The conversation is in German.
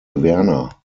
werner